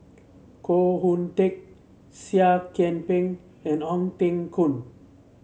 Koh Hoon Teck Seah Kian Peng and Ong Teng Koon